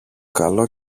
καλό